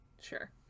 Sure